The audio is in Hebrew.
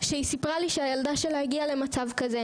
והיא סיפרה לי שהילדה שלה הגיעה למצב כזה.